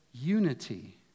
unity